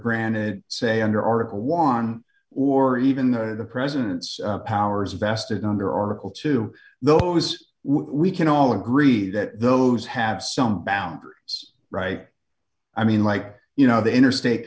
granted say under article one or even the president's powers vested under article two those we can all agree that those have some boundaries right i mean like you know the interstate